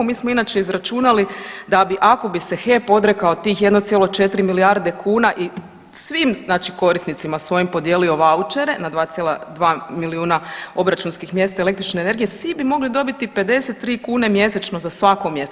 Mi smo inače izračunali da bi, ako bi se HEP odrekao tih 1,4 milijarde kuna i svim znači korisnicima svojim podijelio vaučere na 2,2 milijuna obračunskih mjesta električne energije, svi bi mogli dobiti 53 kune mjesečno za svako mjesto.